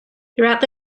throughout